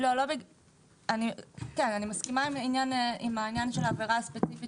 אני מסכימה עם העניין של העבירה הספציפית